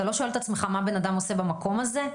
אתה לא שואל את עצמך מה אדם עושה במקום הזה?